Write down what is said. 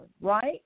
right